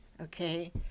Okay